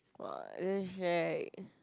!wah! damn shag